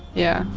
yeah,